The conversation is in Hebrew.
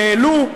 שהעלו,